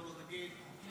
נגיד,